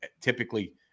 typically